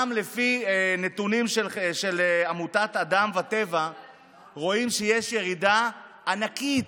גם לפי נתונים של עמותת אדם טבע ודין רואים שיש ירידה ענקית,